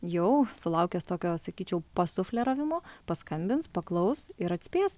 jau sulaukęs tokio sakyčiau pasufleravimo paskambins paklaus ir atspės